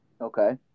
Okay